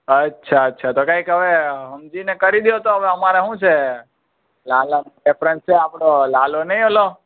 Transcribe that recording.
અચ્છા અચ્છા તો કંઈક હવે સમજી ને કરી દો તો હવે અમારે શું છે લાલાનો તે ફ્રેન્ડ છે આપણો લાલો નહીં ઑલો